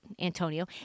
Antonio